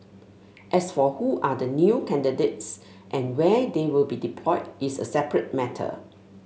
as for who are the new candidates and where they will be deployed is a separate matter